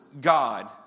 God